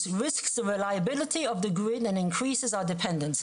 ירוקה מסכנת את אמינות התשתית לאספקת החשמל".